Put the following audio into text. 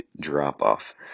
drop-off